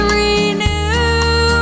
renew